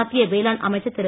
மத்திய வேளாண் அமைச்சர் திரு